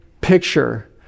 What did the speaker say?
picture